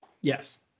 Yes